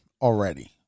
already